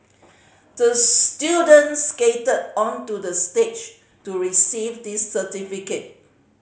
the student skated onto the stage to receive this certificate